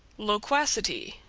loquacity,